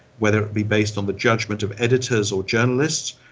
whether it be based on the judgement of editors or journalists,